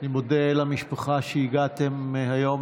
אני מודה למשפחה על שהגעתם היום